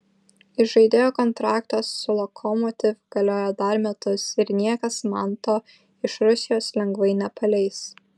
įžaidėjo kontraktas su lokomotiv galioja dar metus ir niekas manto iš rusijos lengvai nepaleis